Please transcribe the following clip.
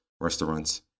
restaurants